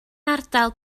ardal